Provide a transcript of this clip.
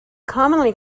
commonly